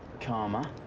k'harma,